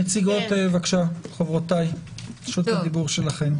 נציגות המשטרה, רשות הדיבור שלכן.